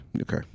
Okay